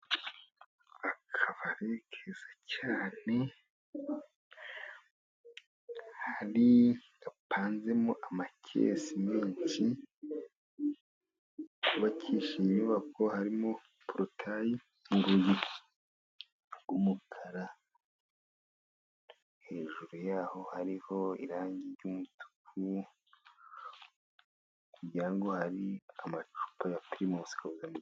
Akabari keza cyane kandi gapanzemo amakesi menshi, kubakishishe inyubako harimo porotayi n'urugi rw'umukara, hejuru yaho hariho irangi ry'umutuku, ku muryango hari amacupa ya Primus.